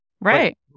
Right